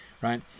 right